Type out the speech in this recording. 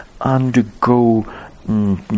undergo